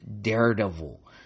Daredevil